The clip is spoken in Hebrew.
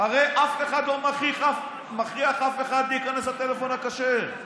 הרי אף אחד לא מכריח אף אחד להיכנס לטלפון הכשר.